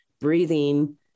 breathing